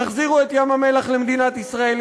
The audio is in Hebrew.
תחזירו את ים-המלח למדינת ישראל,